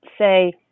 say